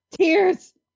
tears